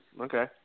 Okay